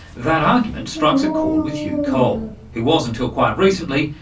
that argument strikes a chord with hugh cole who was, until quite recently,